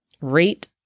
Rate